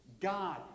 God